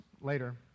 later